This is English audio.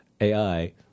AI